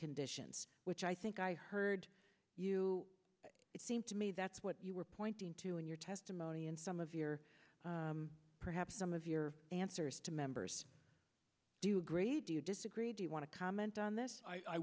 conditions which i think i heard you it seemed to me that's what you were pointing to in your testimony and some of your perhaps some of your answers to members do a great do you disagree do you want to comment on this i